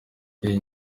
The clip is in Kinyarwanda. iyo